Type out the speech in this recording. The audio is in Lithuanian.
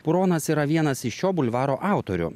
puronas yra vienas iš šio bulvaro autorių